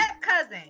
cousin